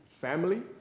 family